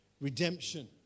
redemption